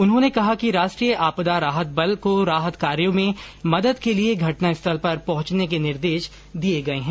उन्होंने कहा कि राष्ट्रीय आपदा राहत बल को राहत कार्यो में मदद के लिए घटना स्थल पर पहुंचने के निर्देश दिए गए है